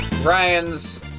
Ryan's